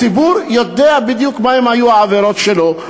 הציבור יודע בדיוק מה היו העבירות שלו,